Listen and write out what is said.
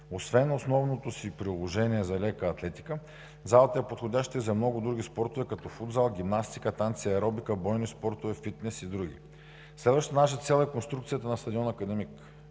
Освен основното си приложение за лека атлетика, залата е подходяща и за много други спортове като футзал, гимнастика, танци, аеробика, бойни спортове, фитнес и други. Следващата наша цел е реконструкцията на стадион „Академик“.